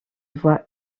voix